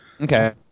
Okay